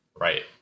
Right